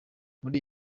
muri